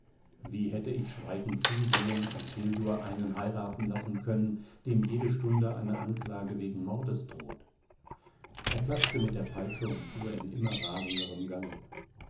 wie hätte ich schweigend zusehen und hildur einen heiraten lassen können dem jede stunde eine anklage wegen mordes droht er klatschte mit der peitsche und fuhr in immer rasenderem galopp